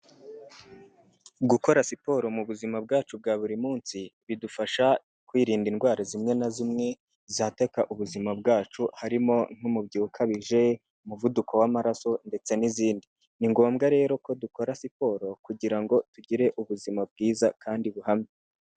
Gukora siporo mu buzima bwacu bwa buri munsi bidufasha kwirinda indwara zimwe na zimwe zataka ubuzima bwacu harimo nk'umubyibuho ukabije, umuvuduko w'amaraso ndetse n'izindi. Ni ngombwa rero ko dukora siporo kugira ngo tugire ubuzima bwiza kandi buhamye.